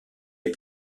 est